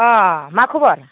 अह मा खबर